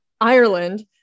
Ireland